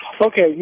Okay